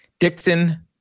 Dixon